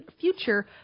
future